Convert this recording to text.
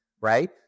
right